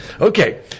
Okay